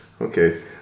Okay